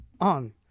on